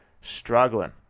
struggling